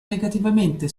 negativamente